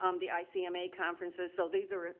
um the icm a um a conferences. so these are,